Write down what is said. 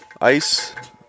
Ice